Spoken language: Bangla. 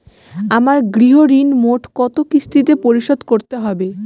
আমার গৃহঋণ মোট কত কিস্তিতে পরিশোধ করতে হবে?